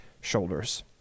shoulders